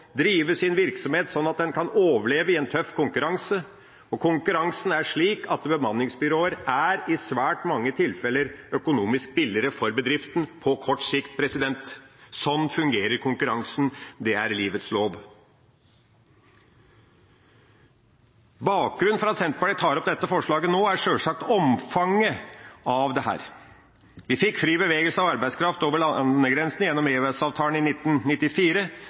drive sin virksomhet sånn at den kan overleve i en tøff konkurranse, og konkurransen er slik at bemanningsbyråer i svært mange tilfeller er økonomisk billigere for bedriften på kort sikt. Sånn fungerer konkurransen – det er livets lov. Bakgrunnen for at Senterpartiet tar opp dette forslaget nå, er sjølsagt omfanget av dette. Vi fikk fri bevegelse av arbeidskraft over landegrensene gjennom EØS-avtalen i 1994.